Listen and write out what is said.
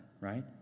right